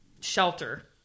shelter